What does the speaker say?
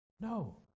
No